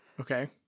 Okay